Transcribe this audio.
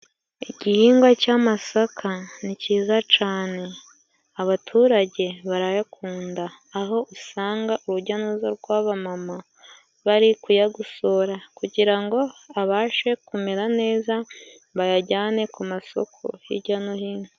Igihingwa c'amasaka ni ciza cane. Abaturage barayakunda. Aho usanga urujya n'uruza rw'abamama bari kuyagosora. Kugira ngo abashe kumera neza, bayajyane ku masoko hijya no hino.